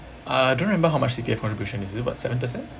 I don't remember how much C_P_F contribution is is it about seven percent